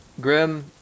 Grim